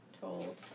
told